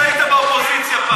ששכחת שהיית באופוזיציה פעם.